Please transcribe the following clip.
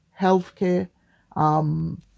healthcare